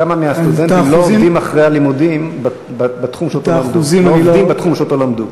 כמה מהסטודנטים לא עובדים אחרי הלימודים בתחום שאותו למדו?